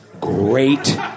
great